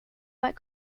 white